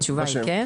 התשובה היא כן.